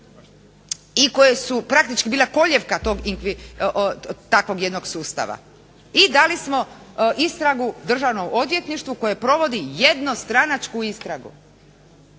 i koje su bile praktički kolijevka takvog sustava i dali smo istragu Državnom odvjetništvu koje provodi jednostranačku istragu.